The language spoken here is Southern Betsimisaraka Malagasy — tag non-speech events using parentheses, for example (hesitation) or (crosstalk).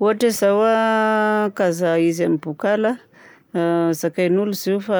Ohatra izao a (hesitation) kazà izay miboaka ala a. (hesitation) Zakain'olo izy io fa